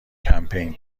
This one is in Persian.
کمپین